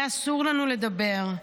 היה אסור לנו לדבר,